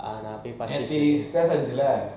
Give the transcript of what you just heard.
நன் அப்பிடியே பசி எடுத்துச்சி:nan apidiyae pasi yeaduthuchi